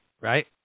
Right